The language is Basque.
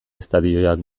estadioak